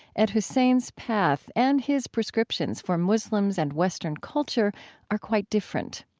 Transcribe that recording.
ed husain's path and his prescriptions for muslims and western culture are quite different.